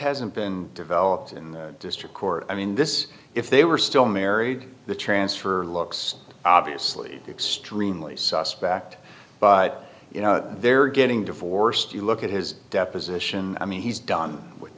hasn't been developed in the district court i mean this if they were still married the transfer looks obviously extremely suspect but you know they're getting divorced you look at his deposition i mean he's done with